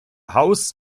haus